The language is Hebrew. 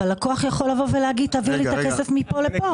אבל לקוח יכול לבוא ולהגיד: "תעבירו לי את הכסף מפה לפה".